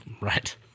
right